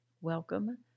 welcome